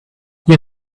you